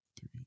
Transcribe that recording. three